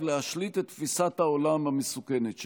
להשליט את תפיסת העולם המסוכנת שלהם.